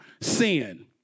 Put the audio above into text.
sin